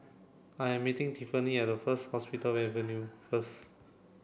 I am meeting Tiffany at First Hospital Avenue first